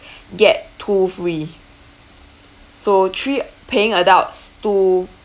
get two free so three paying adults two